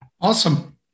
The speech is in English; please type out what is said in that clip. Awesome